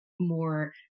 more